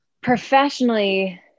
Professionally